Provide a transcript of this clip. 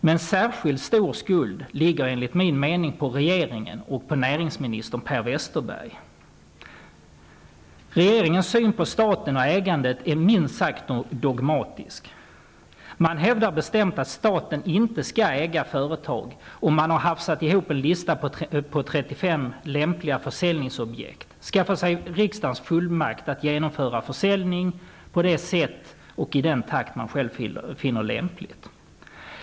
Men särskilt stor skuld bär enligt min mening regeringen och näringsminister Per Westerberg. Regeringens syn på staten och ägandet är minst sagt dogmatisk. Man hävdar bestämt att staten inte skall äga företag, och man har hafsat ihop en lista över 35 lämpliga försäljningsobjekt. Vidare har man skaffat sig en fullmakt från riksdagen, så att man kan genomföra försäljning på det sätt och i den takt som man själv finner lämpligt.